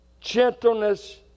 gentleness